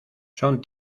son